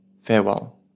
Farewell